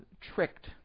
tricked